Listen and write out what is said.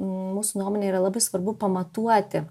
mūsų nuomone yra labai svarbu pamatuoti